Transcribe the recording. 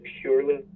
purely